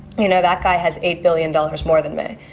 you know, that guy has eight billion dollars more than me.